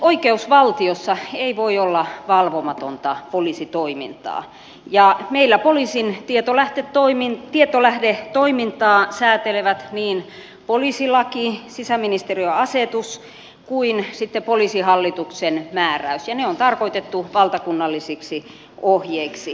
oikeusvaltiossa ei voi olla valvomatonta poliisitoimintaa ja meillä poliisin tietolähdetoimintaa säätelevät niin poliisilaki sisäministeriön asetus kuin sitten poliisihallituksen määräys ja ne on tarkoitettu valtakunnallisiksi ohjeiksi